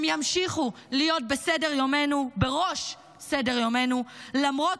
הם ימשיכו להיות בראש סדר-יומנו למרות